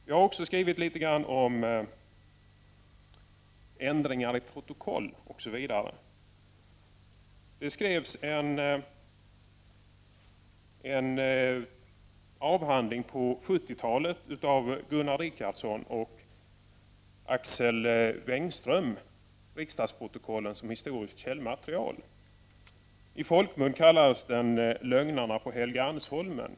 Jag har också skrivit litet grand om ändringar i protokoll osv. Det skrevs en avhandling på 70-talet av Gunnar Richardson och Axel Wengström, ”Riksdagsprotokollen som historiskt källmaterial”. I folkmun kallades den ”Lögnarna på Helgeandsholmen”.